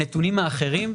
הנתונים האחרים,